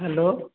hello